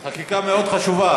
זו חקיקה מאוד חשובה.